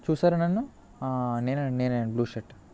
చూసారా నన్ను నేనే అండి నేనే అండి బ్లూ షర్ట్